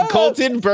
Colton